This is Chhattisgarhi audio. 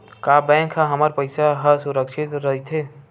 का बैंक म हमर पईसा ह सुरक्षित राइथे?